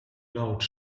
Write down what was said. laut